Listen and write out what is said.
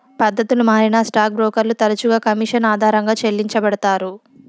పద్దతులు మారినా స్టాక్ బ్రోకర్లు తరచుగా కమిషన్ ఆధారంగా చెల్లించబడతారు